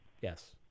yes